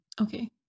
Okay